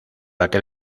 aquel